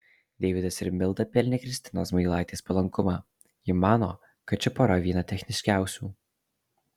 deividas ir milda pelnė kristinos zmailaitės palankumą ji mano kad ši pora viena techniškiausių